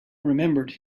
remembered